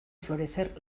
florecer